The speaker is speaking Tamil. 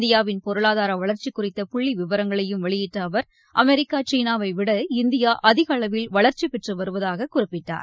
இந்தியாவின் பொருளாதார வளர்ச்சி குறித்த புள்ளி விவரங்களையும் வெளியிட்ட அவர் அமெரிக்கா சீனாவை விட இந்தியா அதிக அளவில் வளர்ச்சி பெற்று வருவதாக குறிப்பிட்டார்